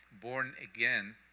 born-again